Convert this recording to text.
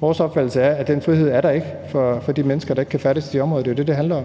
Vores opfattelse er, at den frihed er der ikke for de mennesker, der ikke kan færdes i de områder. Det er jo det, det handler om.